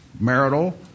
marital